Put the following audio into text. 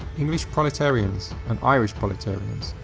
english proletarians and irish proletarians.